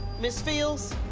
ms. fields?